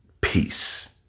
Peace